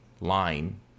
line